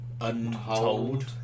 untold